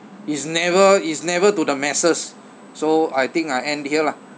is never is never to the masses so I think I end here lah